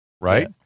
right